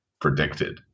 predicted